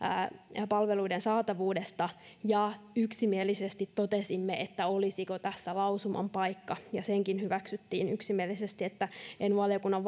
palveluiden saatavuudesta ja yksimielisesti totesimme että olisiko tässä lausuman paikka ja sekin hyväksyttiin yksimielisesti että en valiokunnan